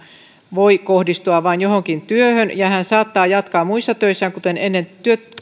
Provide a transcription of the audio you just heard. voi kohdistua vain johonkin työhön ja hän saattaa jatkaa muissa töissään kuten ennen